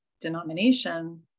denomination